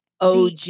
OG